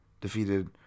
defeated